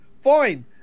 Fine